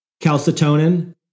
Calcitonin